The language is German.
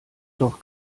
doch